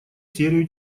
серию